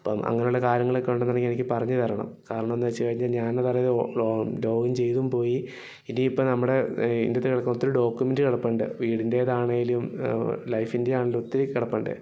അപ്പം അങ്ങനെ ഉള്ള കാര്യങ്ങളൊക്കെ ഉണ്ടെന്നുണ്ടെങ്കിൽ എനിക്ക് പറഞ്ഞ് തരണം കാരണമെന്ന് വെച്ച് കഴിഞ്ഞാൽ ഞാനത് അറിതെ ഓ ലോഗ് ലോഗിന് ചെയ്തും പോയി ഇനി ഇപ്പം നമ്മുടെ ഇതിന്റെ അകത്ത് കിടക്കുന്ന ഒത്തിരി ഡോക്കുമെന്റ് കിടപ്പുണ്ട് വീടിന്റേതാണേലും ലൈഫിൻ്റെ ആണേലും ഒത്തിരി കിടപ്പുണ്ട്